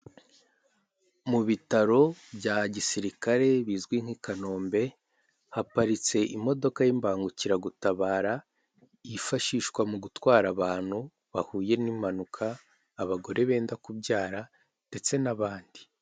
Mu bitaro bya gisirikare bizwi nk'i Kanombe, haparitse imodoka y'imbangukiragutabara yifashishwa mu gutwara abantu bahuye n'impanuka, abagore benda kubyara ndetse n'abandi.